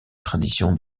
tradition